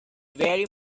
very